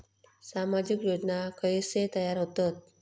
सामाजिक योजना कसे तयार होतत?